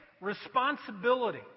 responsibility